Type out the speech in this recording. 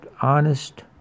honest